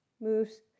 moves